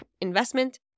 investment